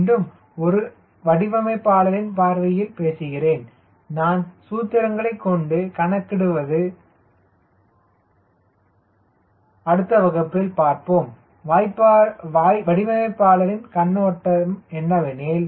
மீண்டும் நான் வடிவமைப்பாளரின் பார்வையில் பேசுகிறேன் நான் சூத்திரங்களைக் கொண்டு கணக்கிடுவது அடுத்த வகுப்பில் பார்ப்போம் வடிவமைப்பாளர் இன் கண்ணோட்டம் என்னவெனில்